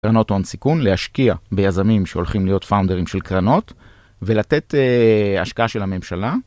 קרנות הון סיכון, להשקיע ביזמים שהולכים להיות פאונדרים של קרנות ולתת השקעה של הממשלה